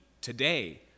today